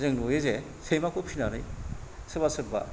जों नुयोजे सैमाखौ फिनानै सोरबा सोरबा